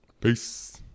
Peace